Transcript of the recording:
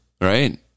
Right